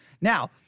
Now